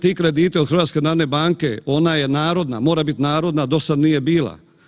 Taj, ti krediti od HNB-a, ona je narodna, mora biti narodna, dosad nije bila.